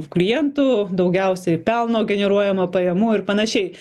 klientų daugiausiai pelno generuojama pajamų ir panašiai